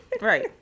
Right